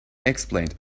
explained